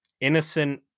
innocent